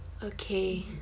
okay